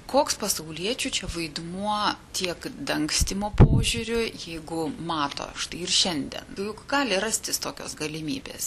koks pasauliečių čia vaidmuo tiek dangstymo požiūriu jeigu mato štai ir šiandien juk gali rastis tokios galimybės